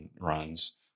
runs